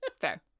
Fair